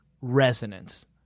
resonance